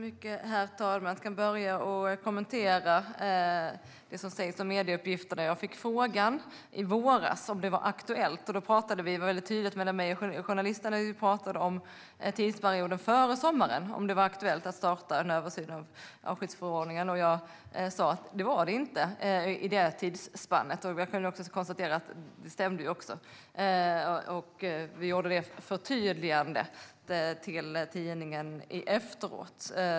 Herr talman! Jag ska börja med att kommentera det som sägs om medieuppgifter. Jag fick i våras frågan om det var aktuellt, och det var tydligt mellan mig och journalisten att vi talade om tidsperioden före sommaren och om det var aktuellt att starta en översyn av skyddsförordningen då. Jag sa att det inte var det i det tidsspannet, och jag kan konstatera att det stämde. Vi gjorde det förtydligandet till tidningen efteråt.